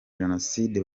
jenoside